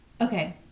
okay